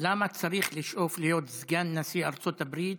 למה צריך לשאוף להיות סגן נשיא ארצות הברית